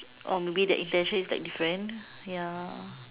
or maybe that intention is like different ya